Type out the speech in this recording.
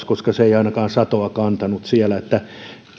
koska se ei ainakaan satoa kantanut siellä